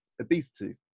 obesity